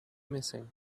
missing